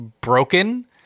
broken